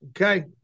Okay